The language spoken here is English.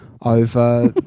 over